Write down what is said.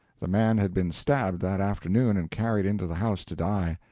the man had been stabbed that afternoon and carried into the house to die.